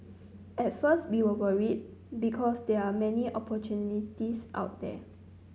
at first be we were worried because there are many opportunities out there